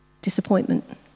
disappointment